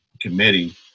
committee